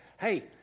hey